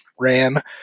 ran